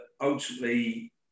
ultimately